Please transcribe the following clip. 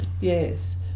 Yes